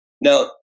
Now